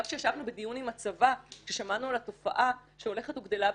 גם כשישבנו בדיון עם הצבא ושמענו על התופעה שהולכת וגדלה בצבא,